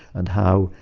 and how,